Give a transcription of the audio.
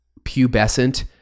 pubescent